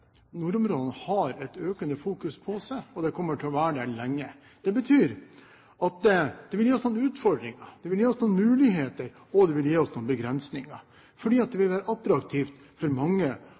nordområdene har et økende fokus på seg, og det kommer til å være der lenge. Det betyr at det vil gi oss noen utfordringer, det vil gi oss noen muligheter, og det vil gi oss noen begrensninger fordi det vil være attraktivt for mange